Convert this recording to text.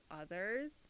others